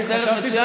אני מסתדרת מצוין.